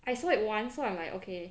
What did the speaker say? I saw it once so I'm like okay